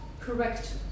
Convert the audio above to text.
correct